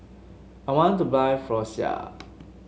I want to buy Floxia